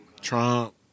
Trump